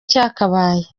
cyakabaye